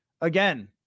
again